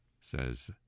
says